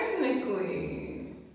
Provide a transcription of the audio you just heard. technically